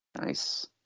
Nice